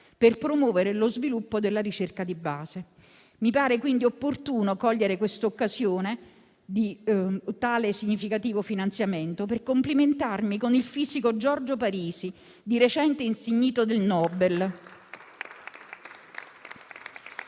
per promuovere lo sviluppo della ricerca di base. Mi pare quindi opportuno cogliere l'occasione di tale significativo finanziamento per complimentarmi con il fisico Giorgio Parisi, di recente insignito del premio